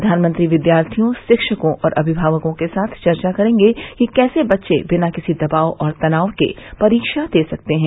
प्रधानमंत्री विद्यार्थियों शिक्षकों और अभिभावकों के साथ चर्चा करेंगे कि कैसे बच्चे बिना किसी दबाव और तनाव के परीक्षा दे सकते हैं